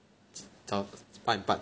早八点半